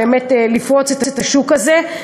באמת לפרוץ את השוק הזה,